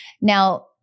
Now